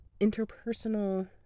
interpersonal